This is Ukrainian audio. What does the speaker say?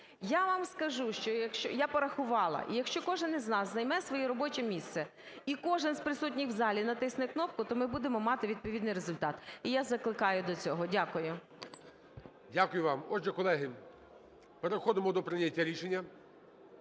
Я вам скажу, я порахувала: якщо кожен з нас займе своє робоче місце і кожен з присутніх в залі натисне кнопку, то ми будемо мати відповідний результат. І я закликаю до цього. Дякую. ГОЛОВУЮЧИЙ. Дякую вам. Отже, колеги, переходимо до прийняття рішення.